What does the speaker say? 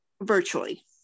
virtually